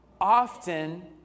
Often